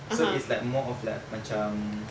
so it's like more of like macam